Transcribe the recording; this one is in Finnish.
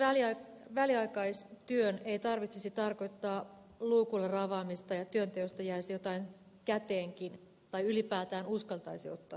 näin väliaikaistyön ei tarvitsisi tarkoittaa luukulle ravaamista ja työnteosta jäisi jotain käteenkin tai ylipäätään uskaltaisi ottaa työn vastaan